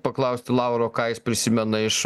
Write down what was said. paklausti lauro ką jis prisimena iš